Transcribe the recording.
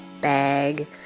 bag